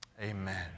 amen